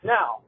Now